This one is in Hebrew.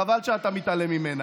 חבל שאתה מתעלם ממנה.